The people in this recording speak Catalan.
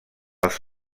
els